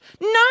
No